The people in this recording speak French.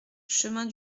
chemin